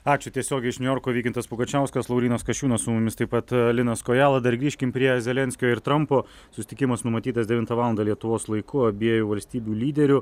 ačiū tiesiogiai iš niujorko vykintas pugačiauskas laurynas kasčiūnas su mumis taip pat linas kojala dar grįžkim prie zelenskio ir trampo susitikimas numatytas devintą valandą lietuvos laiku abiejų valstybių lyderių